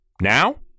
Now